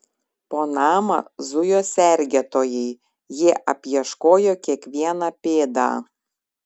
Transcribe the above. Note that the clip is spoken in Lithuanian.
po namą zujo sergėtojai jie apieškojo kiekvieną pėdą